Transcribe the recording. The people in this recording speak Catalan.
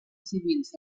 civils